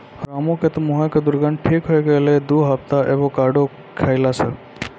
रामू के तॅ मुहों के दुर्गंध ठीक होय गेलै दू हफ्ता एवोकाडो खैला स